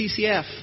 CCF